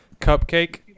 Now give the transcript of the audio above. Cupcake